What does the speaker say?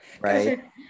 right